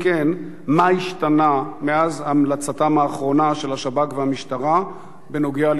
מה השתנה מאז המלצתם האחרונה של השב"כ והמשטרה בנוגע לתנאי המאסר?